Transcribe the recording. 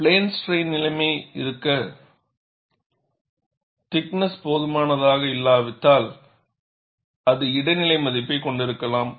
plane ஸ்ட்ரைன்நிலைமை இருக்க thickness போதுமானதாக இல்லாவிட்டால் அது இடைநிலை மதிப்பைக் கொண்டிருக்கலாம்